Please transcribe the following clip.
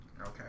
Okay